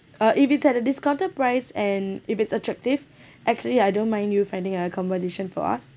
uh if it's at a discounted price and if it's attractive actually I don't mind you finding accommodation for us